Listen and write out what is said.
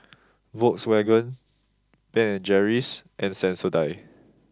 Volkswagen Ben and Jerry's and Sensodyne